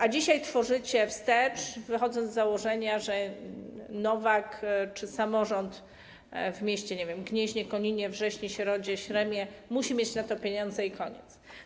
A dzisiaj tworzycie prawo działające wstecz, wychodząc z założenia, że Nowak czy samorząd w mieście, nie wiem, Gnieźnie, Koninie, Wrześni, Środzie, Śremie, musi mieć na to pieniądze i koniec.